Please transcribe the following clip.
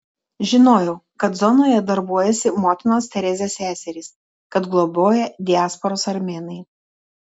žinojau kad zonoje darbuojasi motinos teresės seserys kad globoja diasporos armėnai